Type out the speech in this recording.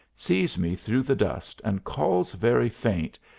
sees me through the dust, and calls very faint,